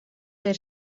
der